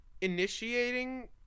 initiating